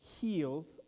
heals